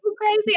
crazy